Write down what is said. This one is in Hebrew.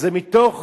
זה מתוך